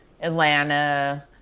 Atlanta